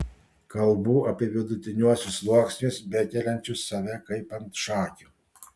kalbu apie vidutiniuosius sluoksnius bekeliančius save kaip ant šakių